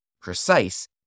precise